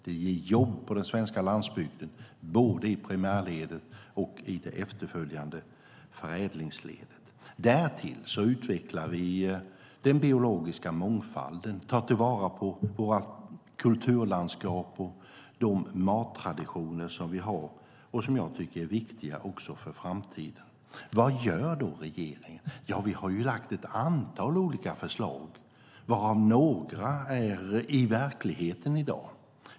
Det ger jobb på den svenska landsbygden, både i primärledet och i det efterföljande förädlingsledet. Därtill utvecklar vi den biologiska mångfalden, tar till vara våra kulturlandskap och de mattraditioner som vi har och som jag tycker är viktiga också för framtiden. Vad gör då regeringen? Ja, vi har lagt fram ett antal olika förslag, varav några finns i verkligheten i dag.